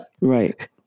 Right